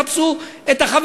כך קראו לזה אז, לפני שבנט הגיע.